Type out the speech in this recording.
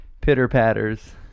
pitter-patters